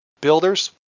builders